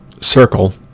circle